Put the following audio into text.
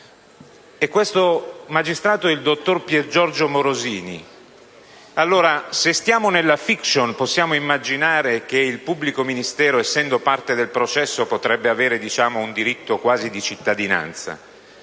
la realtà), ossia il dottor Piergiorgio Morosini. Allora, se stiamo nella *fiction*, possiamo immaginare che il pubblico ministero, essendo parte del processo, potrebbe avere un diritto quasi di cittadinanza,